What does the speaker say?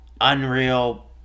Unreal